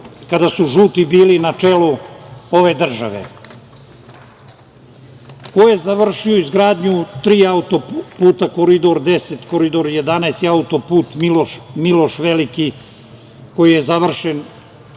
kada su žuti bili na čelu ove države? Ko je završio izgradnju tri autoputa, Koridor 10, Koridor 11 i autoput Miloš Veliki koji je završen